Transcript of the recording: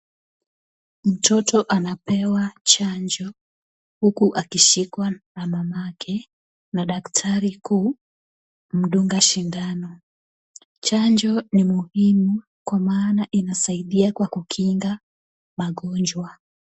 Mtoto anapewa chanjo huku akishikwa na mamake na daktari akimdunga sindano. Chanjo ni mzuri kwa maana inasaidia kwa kukinga magonjwa.